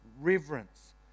Reverence